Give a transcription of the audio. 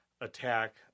attack